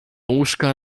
łóżka